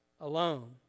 alone